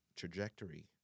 Trajectory